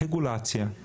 רגולציה,